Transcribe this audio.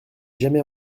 jamais